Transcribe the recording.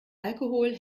alkohol